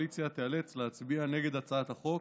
הקואליציה תיאלץ להצביע נגד הצעת החוק